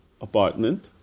apartment